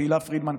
תהלה פרידמן,